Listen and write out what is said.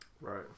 right